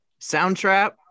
Soundtrap